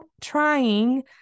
trying